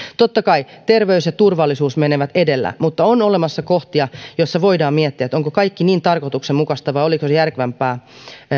totta kai terveys ja turvallisuus menevät edellä mutta on olemassa kohtia joissa voidaan miettiä onko kaikki niin tarkoituksenmukaista vai olisiko järkevämpää